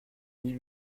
mille